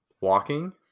Walking